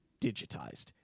Digitized